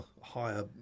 higher